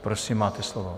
Prosím máte slovo.